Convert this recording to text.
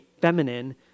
feminine